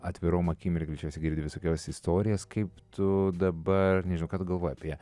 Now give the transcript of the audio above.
atvirom akim ir greičiausiai girdi visokiausias istorijas kaip tu dabar nežinau ką tu galvoji apie